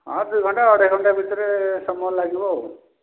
ହଁ ଦୁଇ ଘଣ୍ଟା ଅଢ଼େଇ ଘଣ୍ଟା ଭିତରେ ସମୟ ଲାଗିବ ଆଉ